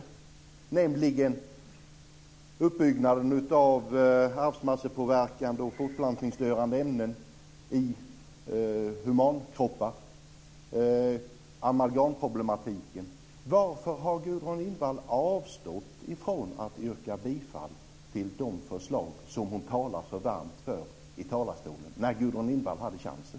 Det handlar om uppbyggnaden av arvsmassepåverkande och fortplantningsstörande ämnen i humankroppar och amalgamproblematiken. Varför har Gudrun Lindvall avstått från att yrka bifall till de förslag som hon talar så varmt för i talarstolen när hon hade chansen?